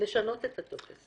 לשנות את הטופס.